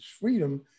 freedom